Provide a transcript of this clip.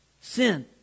Sin